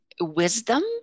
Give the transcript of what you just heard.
wisdom